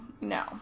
no